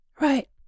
Right